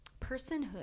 personhood